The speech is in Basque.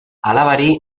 alabari